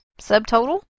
Subtotal